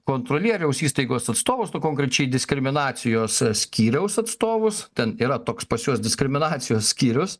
kontrolieriaus įstaigos atstovus nu konkrečiai diskriminacijos skyriaus atstovus ten yra toks pas juos diskriminacijos skyrius